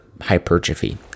hypertrophy